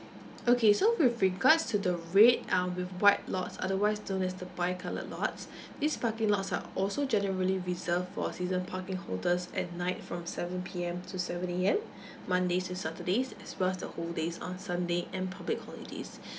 okay so with regards to the red um with white lots otherwise known as the bi coloured lots these parking lots are also generally reserved for season parking holders at night from seven P_M to seven A_M mondays to saturdays as well as the whole days on sunday and public holidays